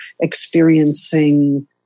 experiencing